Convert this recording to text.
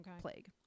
plague